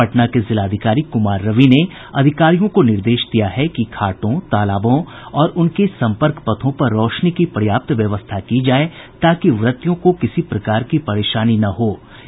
पटना के जिलाधिकारी कुमार रवि ने अधिकारियों को निर्देश दिया है कि घाटों तालाबों और उनके सम्पर्क पथों पर रोशनी की पर्याप्त व्यवस्था की जाए ताकि व्रतियों को किसी प्रकार की परेशानी का सामना नहीं करना पड़े